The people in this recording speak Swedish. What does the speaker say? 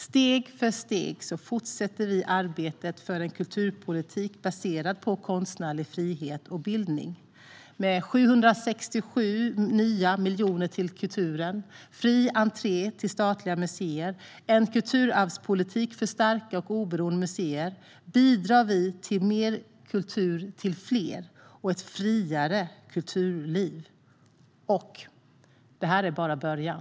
Steg för steg fortsätter vi arbetet för en kulturpolitik baserad på konstnärlig frihet och bildning. Med 767 nya miljoner till kulturen, fri entré till statliga museer och en kulturarvspolitik för starka och oberoende museer bidrar vi till mer kultur till fler och ett friare kulturliv. Och det här är bara början.